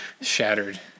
Shattered